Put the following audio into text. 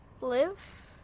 Live